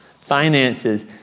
finances